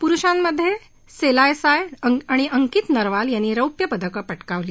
पुरुषांमधे सेलायसाय आणि अंकीत नरवाल यांनी रौप्य पदकं पटकावली